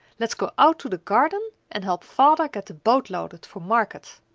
let's go out to the garden and help father get the boat loaded for market.